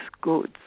goods